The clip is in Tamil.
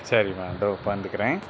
சரி மா இதோ பகிர்ந்துக்குறேன்